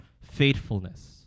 faithfulness